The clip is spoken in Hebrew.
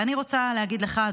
ואני רוצה להגיד לך,